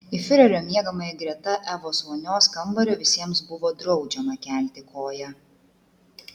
į fiurerio miegamąjį greta evos vonios kambario visiems buvo draudžiama kelti koją